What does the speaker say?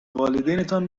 والدینتان